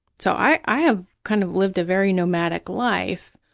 so i have kind of lived a very nomadic life,